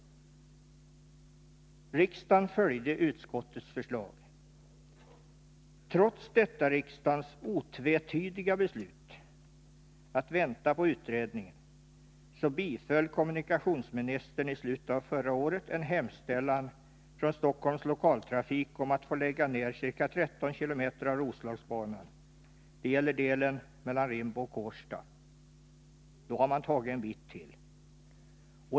Riksdagen följde utskottets förslag. Trots detta riksdagens otvetydiga beslut att vänta på utredningen biföll kommunikationsministern i slutet av förra året en hemställan från Storstockholms lokaltrafik om att få lägga ned ca 13 km av Roslagsbanan. Det gäller delen mellan Rimbo och Kårsta. Då har man tagit en bit till.